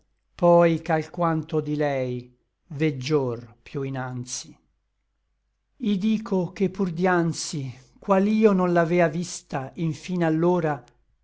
poi ch'alquanto di lei veggi'or piú inanzi i'dico che pur dianzi qual io non l'avea vista infin allora